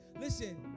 listen